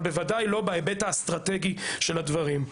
אבל בוודאי לא בהיבט האסטרטגי של הדברים.